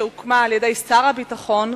שהוקמה על-ידי שר הביטחון,